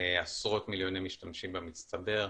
עשרות מיליוני משתמשים במצטבר.